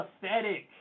pathetic